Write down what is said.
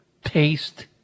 taste